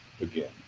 again